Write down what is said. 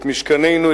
את משכנינו,